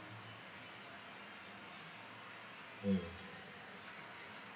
mm